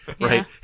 Right